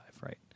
right